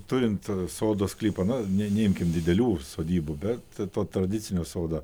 turint sodo sklypą na ne neimkit didelių sodybų bet to tradicinio sodą